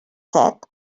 set